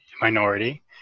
minority